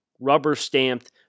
rubber-stamped